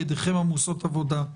ידיכם עמוסות עבודה.